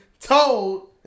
told